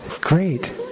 Great